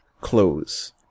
close